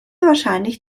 wahrscheinlich